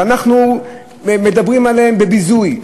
ואנחנו מדברים עליהם בביזוי,